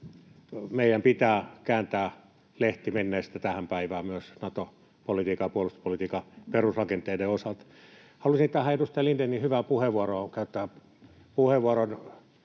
meidän pitää kääntää lehti menneistä tähän päivään myös Nato-politiikan ja puolustuspolitiikan perusrakenteiden osalta. Halusin tähän edustaja Lindénin hyvään puheenvuoroon käyttää puheenvuoron,